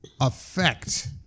affect